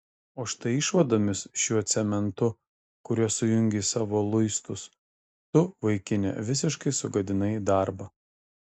o štai išvadomis šiuo cementu kuriuo sujungei savo luistus tu vaikine visiškai sugadinai darbą